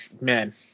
man